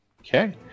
Okay